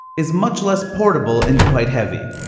is much less portable and quite heavy.